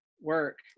work